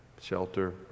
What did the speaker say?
shelter